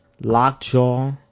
Lockjaw